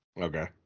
Okay